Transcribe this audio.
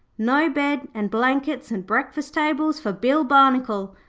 no bed and blankets and breakfast tables for bill barnacle.